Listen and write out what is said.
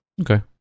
Okay